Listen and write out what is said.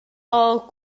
ora